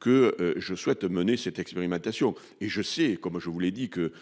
que je souhaite mener cette expérimentation et je sais, comme je vous l'ai dit que,